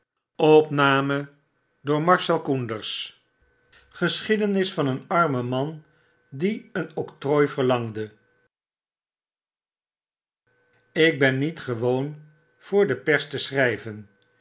gbschiedenis van een armen man die een octkooi verlangde ik ben niet gewoon voor de pers te schrijven